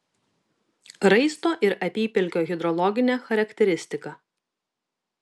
raisto ir apypelkio hidrologinė charakteristika